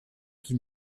qui